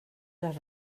les